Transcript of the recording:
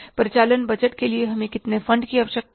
परिचालन बजट के लिए हमें कितने फंड की आवश्यकता है